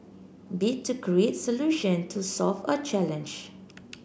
bit to create solution to solve a challenge